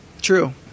True